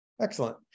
Excellent